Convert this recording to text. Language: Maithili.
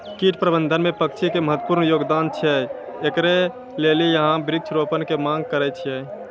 कीट प्रबंधन मे पक्षी के महत्वपूर्ण योगदान छैय, इकरे लेली यहाँ वृक्ष रोपण के मांग करेय छैय?